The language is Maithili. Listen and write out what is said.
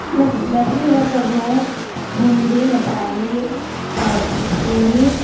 देखू मैथिली भाषा जे हइ हिन्दी नेपाली आओर भोजपुरी